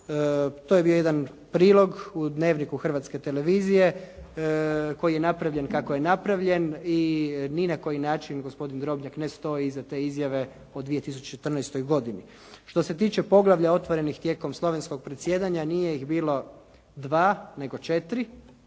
To je bio jedan prilog u Dnevniku Hrvatske televizije koji je napravljen kako je napravljen i ni na koji način gospodin Drobnjak ne stoji iza te izjave o 2014. godini. Što se tiče poglavlja otvorenih tijekom slovenskog predsjedanja nije ih bilo 2 nego 4,